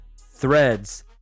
Threads